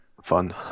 fun